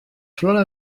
flora